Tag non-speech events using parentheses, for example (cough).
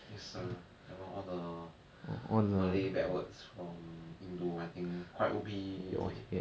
yes sir ya lor all the (breath) malay bad words from indo I think quite O_B